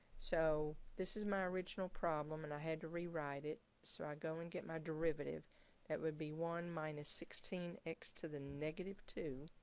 so this is my original problem and i had to rewrite it. so i go and get my derivative that would be one minus sixteen x to the negative two